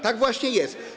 Tak właśnie jest.